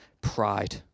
pride